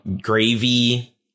gravy